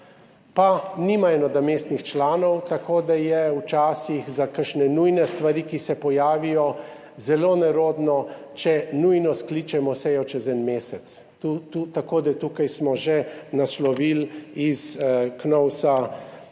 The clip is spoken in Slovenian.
pa nimajo nadomestnih članov, tako da je včasih za kakšne nujne stvari, ki se pojavijo, zelo nerodno, če nujno skličemo sejo čez en mesec, tako da smo KNOVS tukaj že naslovili Komisijo